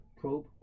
probe